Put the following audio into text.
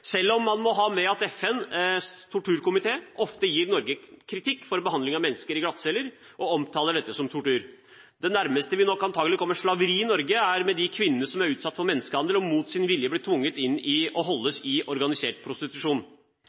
selv om man må ha med at FNs torturkomité ofte gir Norge kritikk for behandling av mennesker i glattceller og omtaler dette som tortur. Det nærmeste vi nok antakelig kommer slaveri i Norge, er for de kvinnene som er utsatt for menneskehandel, og som mot sin vilje blir tvunget inn i og holdes i organisert prostitusjon.